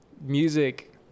music